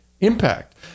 impact